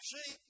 See